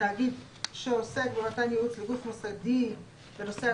תאגיד שעוסק במתן ייעוץ לגוף מוסדי בנושאי